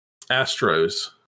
Astros